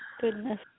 Goodness